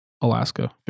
Alaska